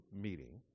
meeting